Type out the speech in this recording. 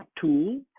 tool